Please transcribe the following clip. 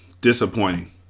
disappointing